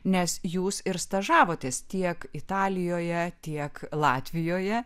nes jūs ir stažavotės tiek italijoje tiek latvijoje